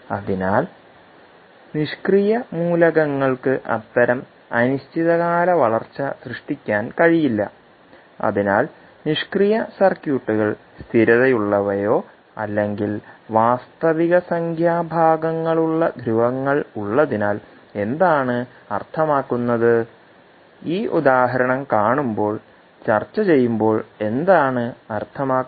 അതിനാൽ നിഷ്ക്രിയ മൂലകങ്ങൾക്ക് അത്തരം അനിശ്ചിതകാല വളർച്ച സൃഷ്ടിക്കാൻ കഴിയില്ല അതിനാൽനിഷ്ക്രിയ സർക്യൂട്ടുകൾ സ്ഥിരതയുള്ളവയോ അല്ലെങ്കിൽ വാസ്തവികസംഖ്യാ ഭാഗങ്ങളുള്ള ധ്രുവങ്ങൾ ഉള്ളതിനാൽ എന്താണ് അർത്ഥമാക്കുന്നത് ഈ ഉദാഹരണം കാണുമ്പോൾ ചർച്ചചെയ്യുമ്പോൾ എന്താണ് അർത്ഥമാക്കുന്നത്